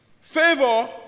Favor